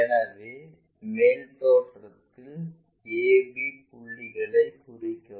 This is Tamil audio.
எனவே மேல் தோற்றத்தில் ab புள்ளிகளை குறிக்கவும்